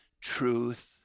truth